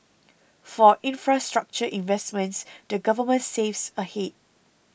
for infrastructure investments the Government saves ahead